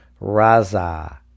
Raza